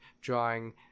drawing